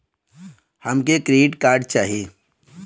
हमके credit card चाही